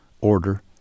order